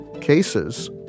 cases